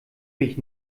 mich